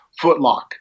footlock